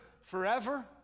forever